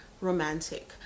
romantic